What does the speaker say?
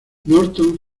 norton